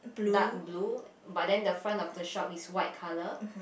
dark blue but then the front of the shop is white colour